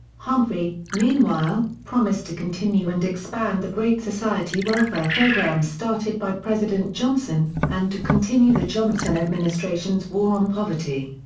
humphrey, meanwhile, promised to continue and expand the great society welfare programs started by president johnson, and to continue the johnson administration's war on poverty.